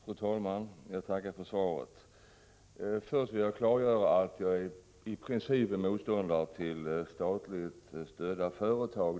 Fru talman! Jag tackar för svaret. Först vill jag klargöra att jag i princip är motståndare till statligt stödda företag.